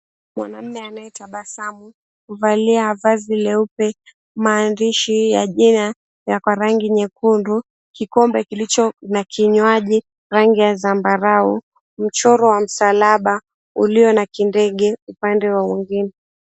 Mwanamume anayetabasamu amevalia vazi leupe, maandishi ya jina ya kwa rangi nyekundu, kikombe kilicho na kinywaji rangi ya zambarau, mchoro wa msalaba ulio na kindege upande huo mwingine.